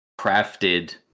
crafted